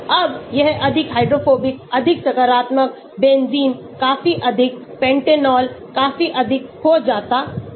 अब यह अधिक हाइड्रोफोबिक अधिक सकारात्मक बेंजीन काफी अधिक पेंटेनॉल काफी अधिक होता जाता है